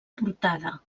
portada